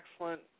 excellent